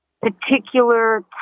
particular